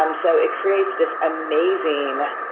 um so it creates this amazing